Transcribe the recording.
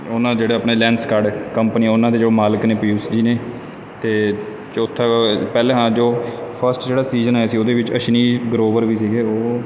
ਉਹਨਾਂ ਜਿਹੜੇ ਆਪਣੇ ਲੈਂਸਕਾਰਟ ਕੰਪਨੀ ਉਹਨਾਂ ਦੇ ਜੋ ਮਾਲਕ ਨੇ ਪਿਯੁਸ਼ ਜੀ ਨੇ ਅਤੇ ਚੌਥਾ ਪਹਿਲਾਂ ਹਾਂ ਜੋ ਫਸਟ ਜਿਹੜਾ ਸੀਜ਼ਨ ਆਇਆ ਸੀ ਉਹਦੇ ਵਿੱਚ ਅਸ਼ਨੀਰ ਗਰੋਵਰ ਵੀ ਸੀਗੇ ਉਹ